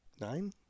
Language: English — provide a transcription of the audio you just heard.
nine